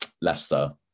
Leicester